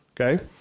Okay